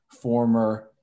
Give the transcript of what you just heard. former